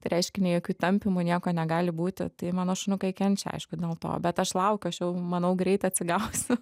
tai reiškia nei jokių tampymų nieko negali būti tai mano šuniukai kenčia aišku dėl to bet aš laukiu aš jau manau greit atsigausiu